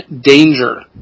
Danger